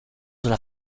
sulla